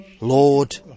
Lord